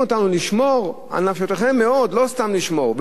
אותנו לשמור "לנפשותיכם מאוד" ולא סתם לשמור,